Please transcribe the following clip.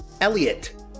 Elliot